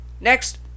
Next